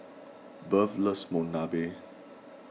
Bertha loves Monsunabe